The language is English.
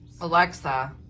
Alexa